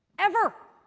ever.